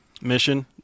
mission